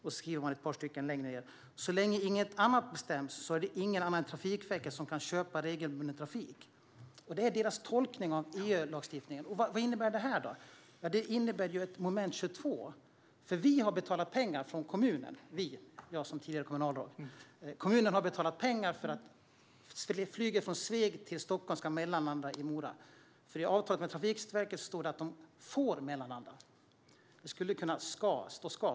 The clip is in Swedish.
Lite längre ned står det: "Så länge inget annat bestäms är det ingen annan än Trafikverket som kan köpa regelbunden flygtrafik." Det är deras tolkning av EU-lagstiftningen. Vad innebär det? Jo, det innebär ett moment 22. Vi har betalat pengar från kommunen - jag var tidigare kommunalråd. Kommunen har betalat pengar för att flygplan från Sveg till Stockholm ska mellanlanda i Mora. I avtalet med Trafikverket står det att de får mellanlanda. Det skulle kunna stå ska .